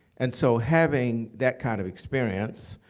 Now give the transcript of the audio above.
and so having that kind of experience,